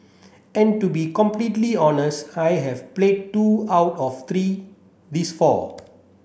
and to be completely honest I have played two out of three these four